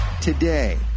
today